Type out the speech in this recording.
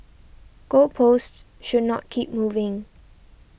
goal posts should not keep moving